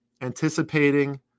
anticipating